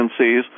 agencies